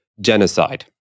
genocide